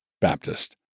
Baptist